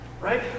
Right